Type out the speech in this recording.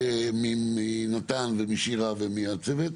הן מאוד מאוד מורכבות,